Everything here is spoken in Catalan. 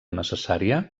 necessària